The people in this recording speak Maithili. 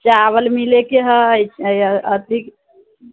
चावल मिलैके हय अथी